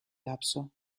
lapso